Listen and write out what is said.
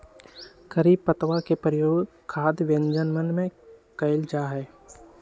करी पत्तवा के प्रयोग खाद्य व्यंजनवन में कइल जाहई